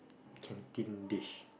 canteen dish